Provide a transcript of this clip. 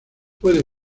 puede